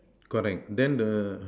correct then the